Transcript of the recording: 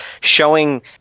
showing